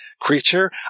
creature